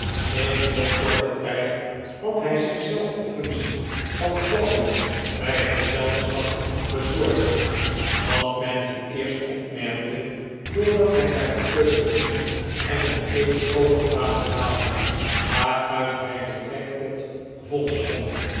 in hel korten tijd had hij zich zelf de functie van kellner bij het gezelschap bezorgd wat men het eerst opmerkte doordat hij naar de keuken ging en een ketel kokend water haalde waaruit hij den trekpot vol schonk